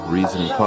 Reason